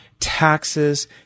taxes